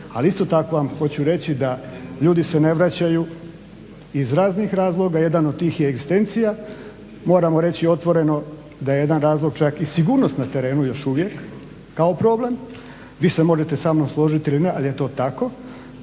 ali isto tako vam hoću reći da ljudi se ne vraćaju iz raznih razloga, jedan od tih je egzistencija. Moramo reći otvoreno da je jedan razlog čak i sigurnost na terenu, još uvijek kao problem. Vi se možete samnom složiti ili ne, ali je to tako.